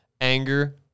Anger